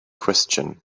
question